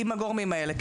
כן, עם הגורמים האלה.